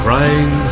Crying